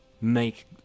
make